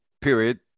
Period